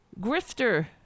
grifter